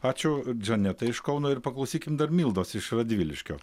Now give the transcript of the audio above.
ačiū džanetai iš kauno ir paklausykim dar mildos iš radviliškio